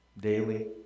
daily